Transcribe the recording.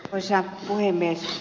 arvoisa puhemies